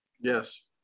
Yes